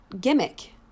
gimmick